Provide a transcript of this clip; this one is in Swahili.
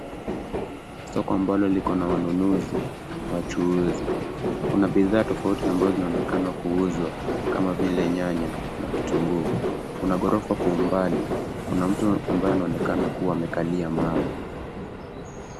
Soko ambalo liko na wanunuzi na wachuuzi. Kuna bidhaa tofauti ambazo zinaonekana kuuzwa kama vile nyanya na kitunguu. Kuna gorofa kwa umbali kuna mtu ambaye anaonekana kuwa amekalia mawe.